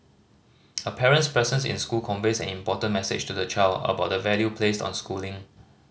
a parent's presence in school conveys an important message to the child about the value placed on schooling